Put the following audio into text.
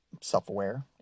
self-aware